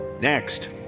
Next